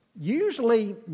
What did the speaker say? Usually